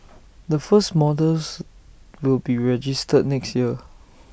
the first models will be registered next year